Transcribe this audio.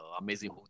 amazing